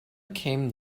came